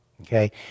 okay